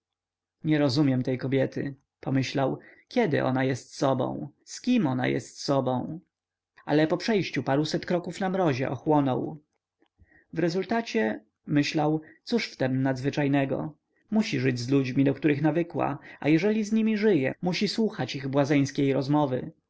nie rozumiem tej kobiety pomyślał kiedy ona jest sobą z kim ona jest sobą ale po przejściu paruset kroków na mrozie ochłonął w rezultacie myślał cóż w tem nadzwyczajnego musi żyć z ludźmi do których nawykła a jeżeli z nimi żyje musi słuchać ich błazeńskiej rozmowy